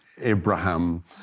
Abraham